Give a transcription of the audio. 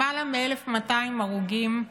למעלה מ-1,200 הרוגים,